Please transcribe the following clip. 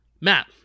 Matt